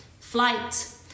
flight